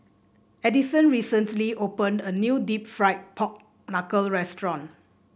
Addyson recently opened a new deep fried Pork Knuckle restaurant